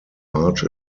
march